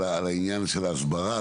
על העניין של ההסברה,